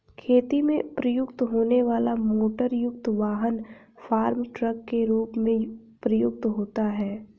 खेती में प्रयुक्त होने वाला मोटरयुक्त वाहन फार्म ट्रक के रूप में प्रयुक्त होता है